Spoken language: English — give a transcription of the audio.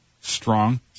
Strong